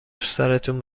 سرتون